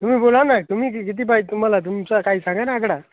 तुम्ही बोला ना तुम्ही की किती पाहिजे तुम्हाला तुमचा काही सांगा ना आकडा